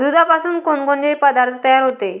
दुधापासून कोनकोनचे पदार्थ तयार होते?